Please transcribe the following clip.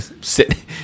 sit